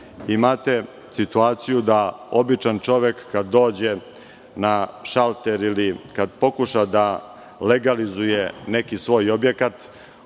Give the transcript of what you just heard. imate situaciju da običan čovek kada dođe na šalter ili kad pokuša da legalizuje neki svoj objekat,